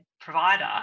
provider